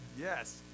Yes